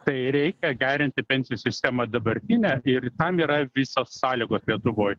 tai reikia gerinti pensijų sistemą dabartinę ir tam yra visos sąlygos lietuvoj